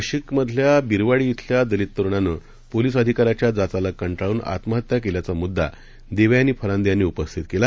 नाशिक मधल्या बिरवाडी येथील दलित तरुणानं पोलीस अधिकाऱ्याच्या जाचाला कंटाळून आत्महत्या केल्याचा मुद्रा देवयानी फरांदे यांनी उपस्थित केला